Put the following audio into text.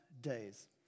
days